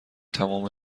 تمام